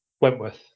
Wentworth